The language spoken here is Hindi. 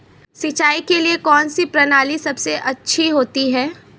सिंचाई के लिए कौनसी प्रणाली सबसे अच्छी रहती है?